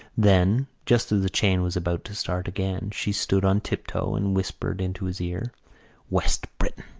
then, just as the chain was about to start again, she stood on tiptoe and whispered into his ear west briton!